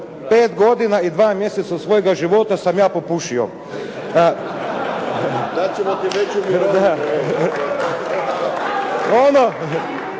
5 godina i 2 mjeseca svojega života sam ja popušio. Ono što bih još